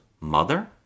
mother